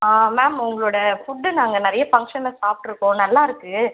ma'am உங்களுடைய food நாங்கள் நிறைய ஃபங்ஷனில் சாப்பிட்ருக்கோம் நல்லாருக்கு